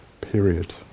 Period